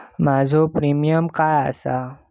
माझो प्रीमियम काय आसा?